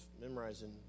memorizing